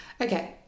Okay